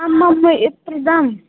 आम्मामा यत्रो दाम